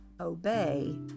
obey